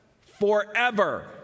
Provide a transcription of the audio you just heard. forever